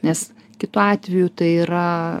nes kitu atveju tai yra